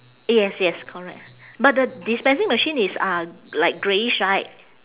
yes yes correct but the dispensing machine is uh like greyish right